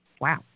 Wow